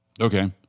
Okay